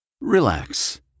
Relax